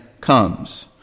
comes